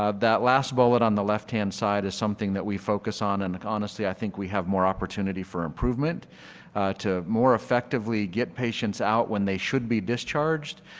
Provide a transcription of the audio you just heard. ah that last bullet on the left-hand side is something we focused on and like honestly i think we have more opportunity for improvement to more effectively get patients out when they should be discharged.